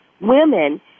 women